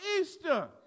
Easter